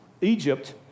Egypt